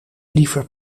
liever